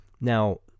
Now